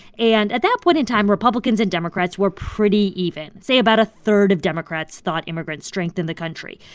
and at that point in time, republicans and democrats were pretty even. say, about a third of democrats thought immigrants strengthen the country.